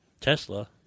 Tesla